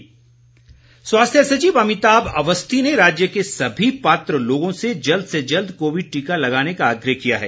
टीका आग्रह स्वास्थ्य सचिव अमिताभ अवस्थी ने राज्य के सभी पात्र लोगों से जल्द से जल्द कोविड टीका लगाने का आग्रह किया है